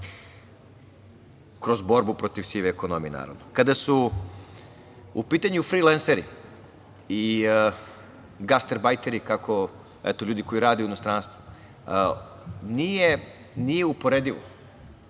kroz borbu protiv sive ekonomije naravno. Kada su u pitanju frilenseri i gastarbajteri kako ljudi koji rade u inostranstvu, nije uporedivo.